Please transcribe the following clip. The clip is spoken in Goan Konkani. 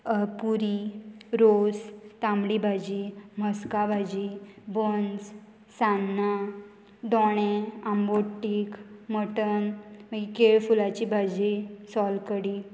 पुरी रोस तांबडी भाजी म्हस्का भाजी बन्स सान्नां दोणे आंबोटीक मटन मागीर केळफुलाची भाजी सोलकडी